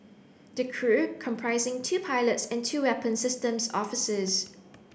the crew comprising two pilots and two weapon systems officers